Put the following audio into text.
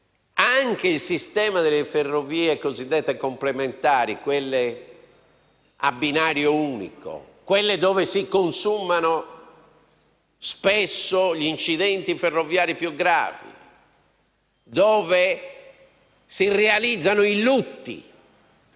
anche il sistema delle ferrovie cosiddette complementari, quelle a binario unico, quelle dove si consumano spesso gli incidenti ferroviari più gravi e dove si realizzano i lutti